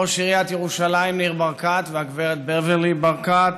ראש עיריית ירושלים ניר ברקת והגברת בברלי ברקת,